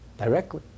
Directly